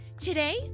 Today